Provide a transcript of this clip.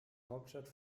hauptstadt